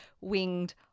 winged